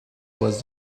was